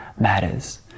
matters